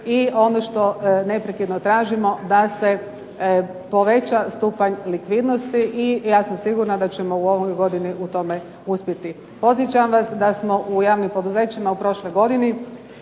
I ono što neprekidno tržimo da se poveća stupanj likvidnosti i ja sam sigurna da ćemo u ovoj godini u tome uspjeti. Podsjećam vas da smo u javnim poduzećima u prošloj godini,